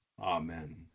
amen